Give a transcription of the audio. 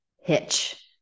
hitch